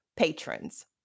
patrons